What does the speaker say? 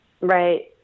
Right